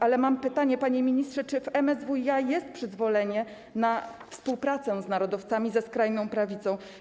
Ale mam pytanie, panie ministrze: Czy w MSWiA jest przyzwolenie na współpracę z narodowcami, ze skrajną prawicą?